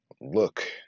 look